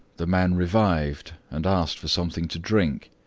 the man revived and asked for something to drink.